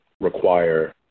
require